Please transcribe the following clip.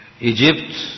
Egypt